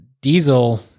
Diesel